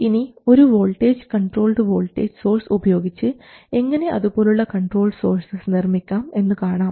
ഇനി ഒരു voltage controlled voltage source ഉപയോഗിച്ച് എങ്ങനെ അതുപോലുള്ള കൺട്രോൾ സോഴ്സസ് നിർമ്മിക്കാം എന്നു കാണാം